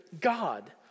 God